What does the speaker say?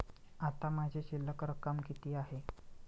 आता माझी शिल्लक रक्कम किती आहे?